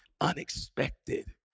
Unexpected